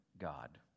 God